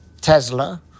Tesla